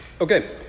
Okay